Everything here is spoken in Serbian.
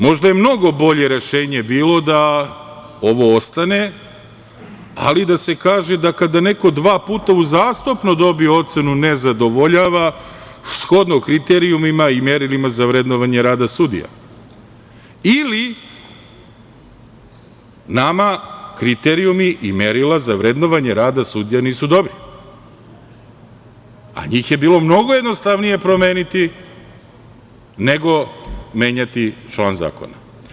Možda je mnogo bolje rešenje bilo da ovo ostane, ali da se kaže da kada neko dva puta uzastopno dobije ocenu „nezadovoljava“ shodno kriterijumima i merili za vrednovanje rada sudija ili nama kriterijumi i merila za vrednovanje rada sudija nisu dobri, a njih je bilo mnogo jednostavnije promeniti nego menjati član zakona.